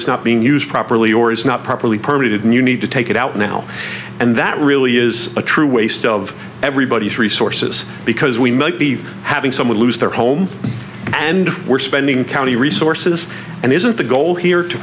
is not being used properly or is not properly permeated and you need to take it out now and that really is a true waste of everybody's resources because we might be having someone lose their home and we're spending county resources and isn't the goal here to